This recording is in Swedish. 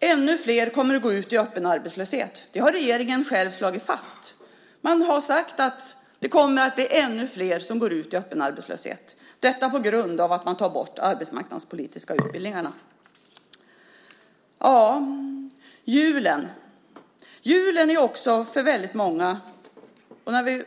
Ännu flera kommer att gå ut i öppen arbetslöshet. Det har regeringen själv slagit fast. De har sagt att det kommer att bli ännu flera som går ut i öppen arbetslöshet beroende på att de arbetsmarknadspolitiska utbildningarna tas bort.